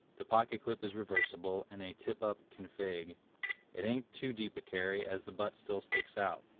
the pocket clip is reversible in a tip up configuration. it ain't too deep a carry as the butt still sticks out.